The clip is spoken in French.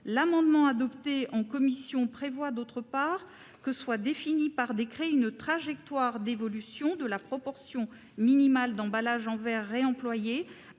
L'amendement adopté en commission vise par ailleurs la définition par décret d'une trajectoire d'évolution de la proportion minimale d'emballages en verre réemployés